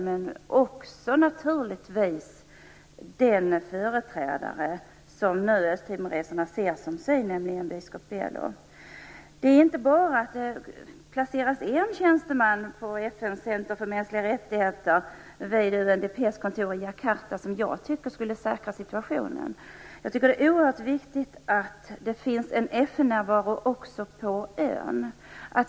Det gäller naturligtvis också den företrädare som nu östtimoreserna ser som sin, nämligen biskop Belo. Det är inte bara placeringen av en tjänsteman på FN:s center för mänskliga rättigheter vid UNDP:s kontor i Jakarta som säkrar situationen. Det är också oerhört viktigt att det finns en FN-närvaro på ön.